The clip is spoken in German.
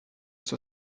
zur